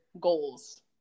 goals